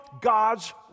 God's